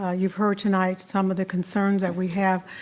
ah you've heard tonight some of the concerns that we have,